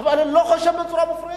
אבל אני לא חושב שבצורה מופרזת.